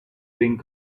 being